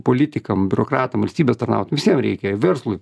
politikam biurokratam valstybės tarnautojam visiem reikia verslui